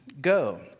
go